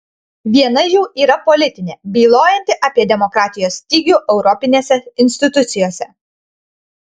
viena jų yra politinė bylojanti apie demokratijos stygių europinėse institucijose